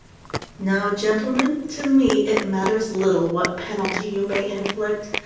now, gentlemen, to me it matters little what penalty you may inflict,